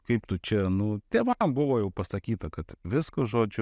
kaip tu čia nu tėvam buvo jau pasakyta kad viskas žodžiu